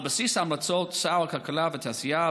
על בסיס ההמלצות שר הכלכלה והתעשייה,